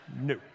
No